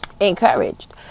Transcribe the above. encouraged